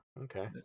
okay